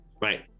right